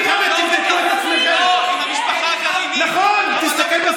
כן נכון.